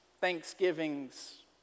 thanksgivings